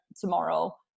tomorrow